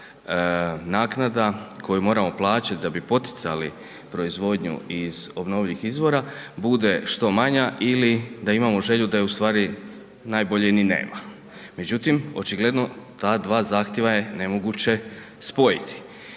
naknada koju moramo plaćati da bi poticali proizvodnju iz obnovljivih izvora bude što manja ili da imamo želju da je ustvari najbolje ni nema. Međutim, očigledno ta dva zahtjeva je nemoguće spojiti.